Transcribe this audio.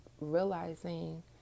realizing